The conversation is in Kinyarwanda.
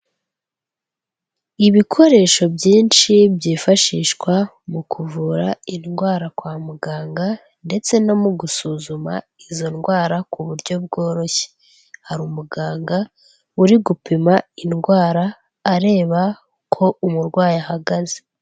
Ibikoresho byinshi byifashishwa mu kuvura indwara kwa muganga ndetse no mu gusuzuma izo ndwara ku buryo bworoshye, hari umuganga uri gupima indwara areba ko umurwayi ahagaze.